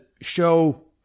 show